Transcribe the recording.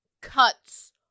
cuts